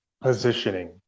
positioning